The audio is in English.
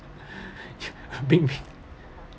been